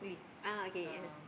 ah okay ah